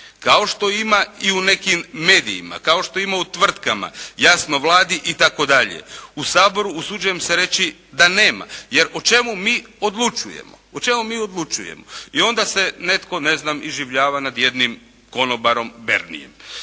kao što ima i u nekim medijima, kao što ima u tvrtkama, jasno Vladi i tako dalje. U Saboru usuđujem se reći da nema jer o čemu mi odlučujemo? O čemu mi odlučujemo? I onda se netko, ne znam, iživljava nad jednim konobarom Bernijem.